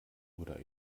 oder